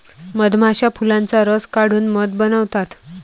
मधमाश्या फुलांचा रस काढून मध बनवतात